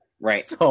right